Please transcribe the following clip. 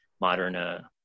modern